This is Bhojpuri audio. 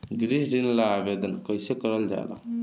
गृह ऋण ला आवेदन कईसे करल जाला?